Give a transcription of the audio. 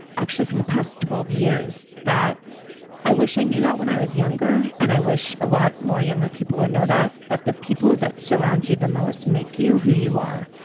actually, from the past twelve years. i wish i knew that when i was younger, and i wish a lot more younger people would know that, that the people that surround you the most make you who you are.